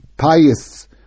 pious